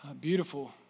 beautiful